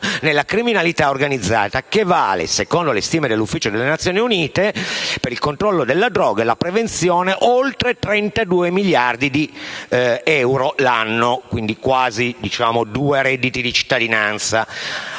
della criminalità organizzata, che vale - secondo le stime dell'Ufficio delle Nazioni Unite per il controllo della droga e la prevenzione del crimine - oltre 32 miliardi di euro l'anno (quasi due redditi di cittadinanza).